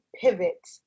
pivot